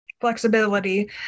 flexibility